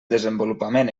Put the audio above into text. desenvolupament